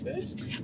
first